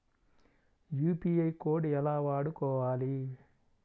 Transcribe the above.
UPI code ఎలా వాడుకోవాలి?